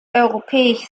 europäisch